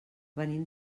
venim